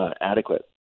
adequate